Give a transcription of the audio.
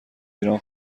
ایران